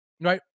right